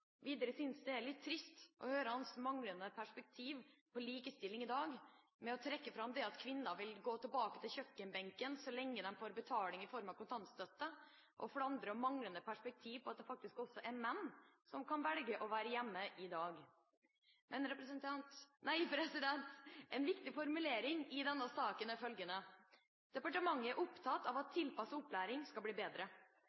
Videre synes jeg det er litt trist å høre hans manglende perspektiv på likestilling i dag; trekke fram at kvinner vil gå tilbake til kjøkkenbenken så lenge de får betaling i form av kontantstøtte, og, for det andre, manglende perspektiv på at det faktisk også er menn som kan velge å være hjemme i dag. En viktig formulering i denne saken er følgende: «Departementet er opptatt av at